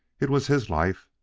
it was his life,